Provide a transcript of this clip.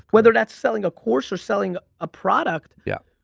whether that's selling a course or selling a product. yeah,